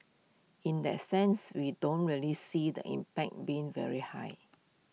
in that sense we don't really see the impact being very high